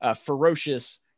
ferocious